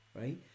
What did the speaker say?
Right